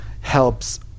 helps